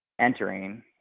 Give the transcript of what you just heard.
entering